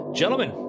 gentlemen